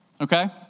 okay